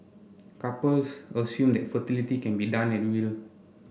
couples assume that fertility can be done at